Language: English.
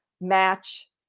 match